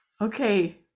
Okay